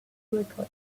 weekly